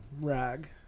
rag